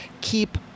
keep